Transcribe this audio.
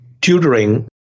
tutoring